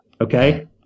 okay